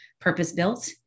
purpose-built